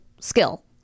skill